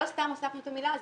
לא סתם הוספנו את המילה הזו.